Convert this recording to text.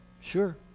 Sure